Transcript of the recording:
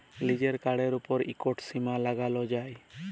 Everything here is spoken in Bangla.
লিজের কাড়ের উপর ইকট সীমা লাগালো যায়